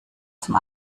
zum